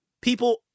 people